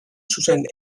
zuzen